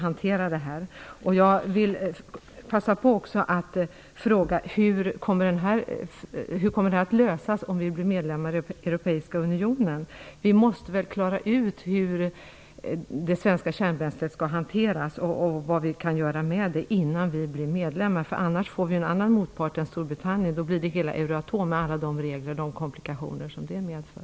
Låt mig även fråga: Hur kommer detta problem att lösas om Sverige blir medlem i den europeiska unionen? Vi måste väl först klara ut hur det svenska kärnbränslet skall hanteras och vad vi kan göra med det innan Sverige blir medlem. Om vi inte gör det får Sverige en annan motpart än Storbritannien, nämligen hela Euratom med alla de regler och komplikationer som det medför.